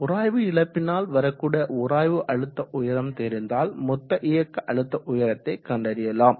உராய்வு இழப்பினால் வரக்கூடிய உராய்வு அழுத்த உயரம் தெரிந்தால் மொத்த இயக்க அழுத்த உயரத்தை கண்டறியலாம்